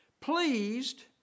pleased